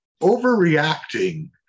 overreacting